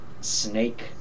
Snake